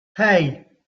hey